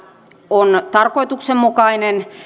on tarkoituksenmukainen